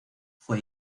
fue